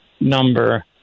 number